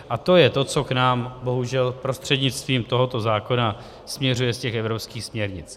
A to je to, co k nám bohužel prostřednictvím tohoto zákona směřuje z těch evropských směrnic.